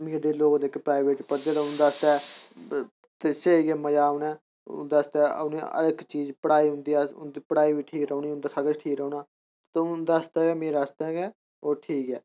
मीर लोक जेह्के प्राइवेट च पढ़दे ते उं'दे आस्तै ते स्हेई ऐ मजा औना ऐ उं'दे आस्तै उं'नें हर इक चीज पढ़ाई उं'दी पढ़ाई ठीक रौंह्नी ते उं'दा सब किश ठीक रौंह्ना उ'दे आस्तै मेरै आस्तै गै ओह् ठीक ऐ